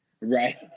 Right